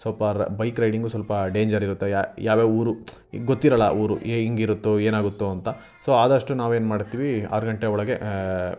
ಸ್ವಲ್ಪ ರ bike riding ಸ್ವಲ್ಪ ಡೇಂಜರ್ ಇರುತ್ತೆ ಯ ಯಾವ ಯಾವ ಊರು ಈಗ ಗೊತ್ತಿರೋಲ್ಲ ಊರು ಎ ಹೆಂಗ್ ಇರುತ್ತೋ ಏನಾಗುತ್ತೋ ಅಂತ ಸೊ ಆದಷ್ಟು ನಾವು ಏನು ಮಾಡ್ತೀವಿ ಆರು ಗಂಟೆ ಒಳಗೆ